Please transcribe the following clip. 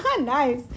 nice